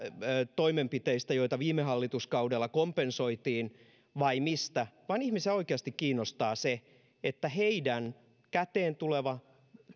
toimenpiteistä joita viime hallituskaudella kompensoitiin vai mistä vaan ihmisiä oikeasti kiinnostaa se että heidän käteen tuleva